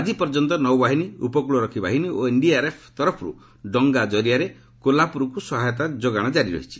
ଆଜି ପର୍ଯ୍ୟନ୍ତ ନୌବାହିନୀ ଉପକ୍ଳରକ୍ଷୀ ବାହିନୀ ଓ ଏନ୍ଡିଆର୍ଏଫ୍ ତରଫର୍ ଡଙ୍ଗା ଜରିଆରେ କୋଲାପୁରକ୍ ସହାୟତା ଯୋଗାଣ ଜାରି ରହିଛି